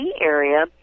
area